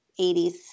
80s